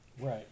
right